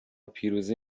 پیروزی